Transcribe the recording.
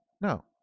No